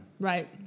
right